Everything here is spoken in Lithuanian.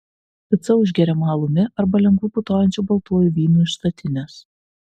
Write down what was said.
pica užgeriama alumi arba lengvu putojančiu baltuoju vynu iš statinės